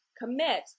commit